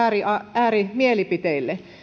äärimielipiteille